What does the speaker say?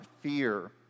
fear